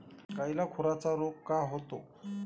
गायीला खुराचा रोग का होतो?